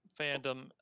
fandom